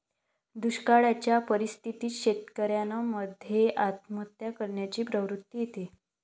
दुष्काळयाच्या परिस्थितीत शेतकऱ्यान मध्ये आत्महत्या करण्याची प्रवृत्ति येते